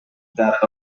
that